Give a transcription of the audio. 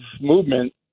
movement